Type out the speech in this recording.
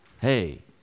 Hey